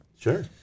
Sure